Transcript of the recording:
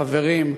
חברים,